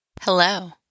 Hello